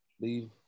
leave